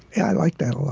yeah, i like that a lot.